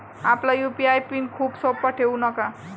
आपला UPI PIN खूप सोपा ठेवू नका